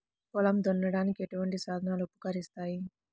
పొలం దున్నడానికి ఎటువంటి సాధనాలు ఉపకరిస్తాయి?